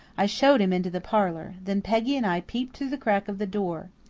i showed him into the parlour. then peggy and i peeped through the crack of the door.